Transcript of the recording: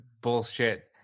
bullshit